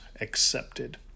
accepted